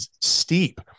steep